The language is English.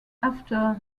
after